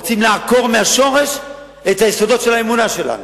רוצים לעקור מהשורש את היסודות של האמונה שלנו.